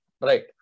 Right